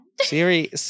Siri